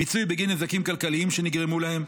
פיצוי בגין נזקים כלכליים שנגרמו להם,